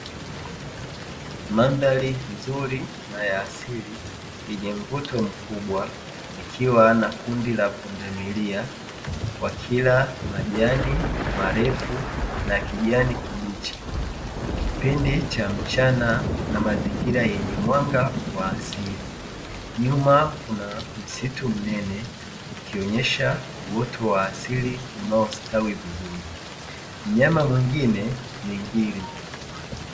Mandhari nzuri na ya asili yenye mvuto mkubwa ikiwa na kundi la pundamilia, wakila majani marefu na kijani kibichi kipindi cha mchana na mazingira yenye mwanga wa asili, nyuma kuna msitu mnene ukionyesha uoto wa asili unaostawi vizuri mnyama mwingine ningiri.